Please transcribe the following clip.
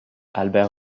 albert